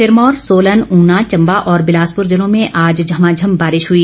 सिरमौर सोलन ऊना चम्बा और बिलासपुर जिलों में आज झमाझम बारिश हुई